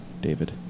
David